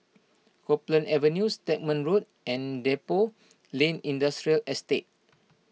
Copeland Avenue Stagmont Road and Depot Lane Industrial Estate